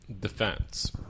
defense